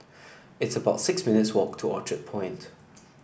it's about six minutes' walk to Orchard Point